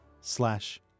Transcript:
slash